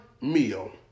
meal